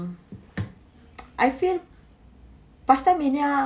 I feel pastamania